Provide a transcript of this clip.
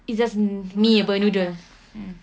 it's just mi apa noodle